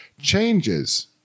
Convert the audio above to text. changes